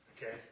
Okay